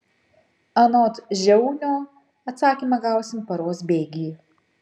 anot žiaunio atsakymą gausim paros bėgy